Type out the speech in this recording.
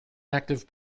active